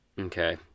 Okay